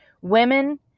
women